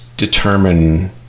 determine